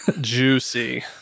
Juicy